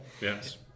Yes